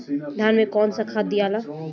धान मे कौन सा खाद दियाला?